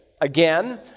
Again